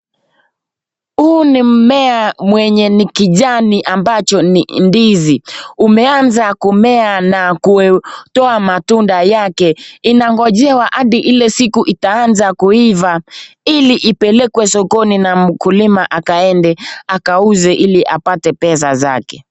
Huu ni mmea mwenye ni kijani ambacho ni ndizi ,umeanza kumea na kutoa matunda yake, inangojewa hadi ile siku itaanza kuiva ili ipelekwe sokoni na mkulima akaende akauze ili apate pesa zake.